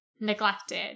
neglected